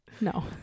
No